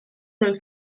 del